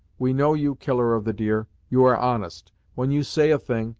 we know you, killer of the deer. you are honest when you say a thing,